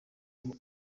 ubu